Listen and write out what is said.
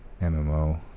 mmo